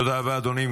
תודה רבה, אדוני.